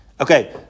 Okay